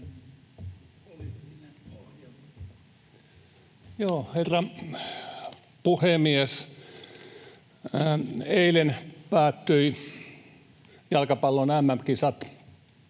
Herra puhemies! Eilen päättyi jalkapallon MM-kisat